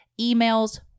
emails